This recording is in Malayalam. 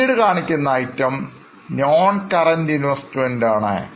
പിന്നീട് കാണിക്കുന്ന item non current investment ആണ്